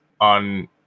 on